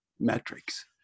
metrics